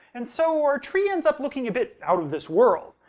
and, so, our tree ends up looking a bit out of this world.